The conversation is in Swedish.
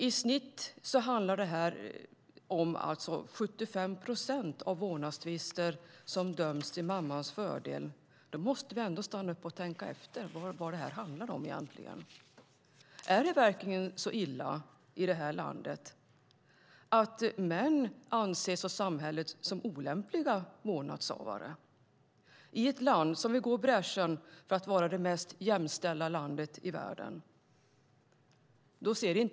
I snitt handlar det om att 75 procent av vårdnadstvisterna döms till mammans fördel. Då måste vi stanna upp och tänka efter vad detta egentligen handlar om. Är det verkligen så illa i det här landet att män anses av samhället som olämpliga vårdnadshavare - i ett land som vill gå i bräschen och vara det mest jämställda i världen?